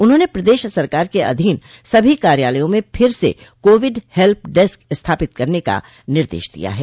उन्होंने प्रदेश सरकार के अधीन सभी कार्यालयों में फिर से कोविड हेल्प डेस्क स्थापित करने का निर्देश दिया है